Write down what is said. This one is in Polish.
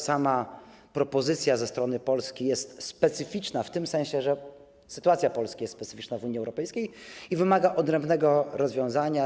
Sama propozycja ze strony Polski jest specyficzna w tym sensie, że sytuacja Polski jest specyficzna w Unii Europejskiej i wymaga odrębnego rozwiązania.